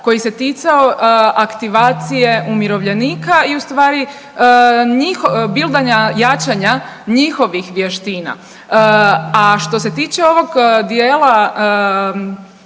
koji se ticao aktivacije umirovljenika i u stvari bildanja jačanja njihovih vještina. A što se tiče ovog dijela